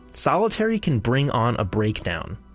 solitary can bring on a breakdown.